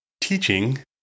teaching